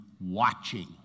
watching